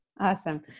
Awesome